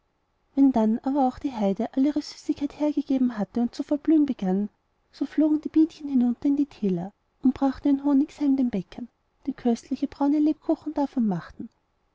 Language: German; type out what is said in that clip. wenn dann aber auch die heide all ihre süßigkeit hergegeben hatte und zu verblühen begann so flogen die bienchen hinunter in die täler und brachten ihren honigseim den bäckern die köstliche braune lebkuchen davon machten